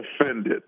offended